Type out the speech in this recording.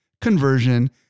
conversion